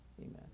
Amen